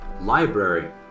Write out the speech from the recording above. Library